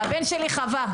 הבן שלי חווה.